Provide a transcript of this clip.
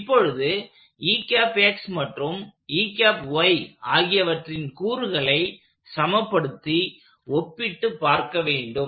இப்பொழுது மற்றும் ஆகியவற்றின் கூறுகளை சமப்படுத்தி ஒப்பிட்டு பார்க்க வேண்டும்